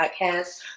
Podcast